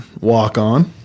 walk-on